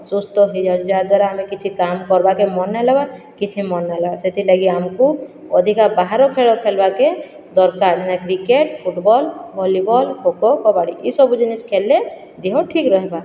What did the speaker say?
ଅସୁସ୍ଥ ହେଇଯାଉଛୁଁ ଯାହାଦ୍ୱାରା ଆମେ କିଛି କାମ୍ କର୍ବାକେ ମନ ନାଇଁ ଲାଗ୍ବାର୍ କିଛି ମନ ନାଇଁ ଲାଗ୍ବାର୍ ସେଥିର ଲାଗି ଆମକୁ ଅଧିକା ବାହାର ଖେଲ ଖେଲ୍ବାକେ ଦରକାର ହେଲା cricket football volleyball kho kho kabaddi ଇ ସବୁ ଜିନିଷ୍ ଖେଲ୍ ଲେ ଦେହ ଠିକ୍ ରହିବା